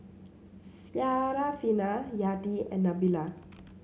Syarafina Yati and Nabila